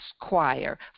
Choir